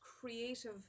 creative